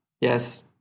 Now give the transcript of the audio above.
Yes